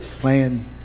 Playing